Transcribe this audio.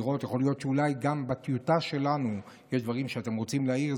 יכול להיות שאולי גם בטיוטה שלנו יש דברים שאתם רוצים להעיר,